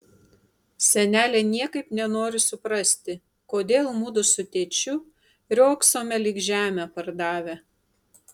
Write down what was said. senelė niekaip nenori suprasti kodėl mudu su tėčiu riogsome lyg žemę pardavę